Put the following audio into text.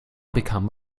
become